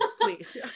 please